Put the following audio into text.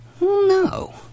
No